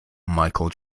michael